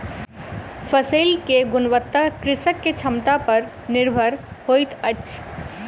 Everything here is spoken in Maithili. फसिल के गुणवत्ता कृषक के क्षमता पर निर्भर होइत अछि